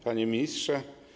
Panie Ministrze!